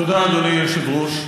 תודה, אדוני היושב-ראש.